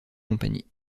company